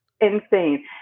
Insane